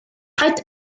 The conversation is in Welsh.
paid